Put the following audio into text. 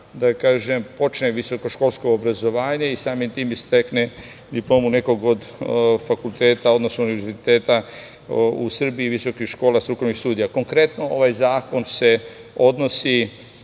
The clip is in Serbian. studenata počne visokoškolsko obrazovanje i samim tim i stekne diplomu nekog od fakulteta, odnosno Univerziteta u Srbiji, visokih škola strukovnih studija. Konkretno, ovaj zakon se odnosi